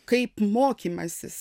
kaip mokymasis